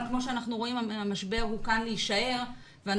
אבל כמו שאנחנו רואים המשבר הוא כאן להישאר ואנחנו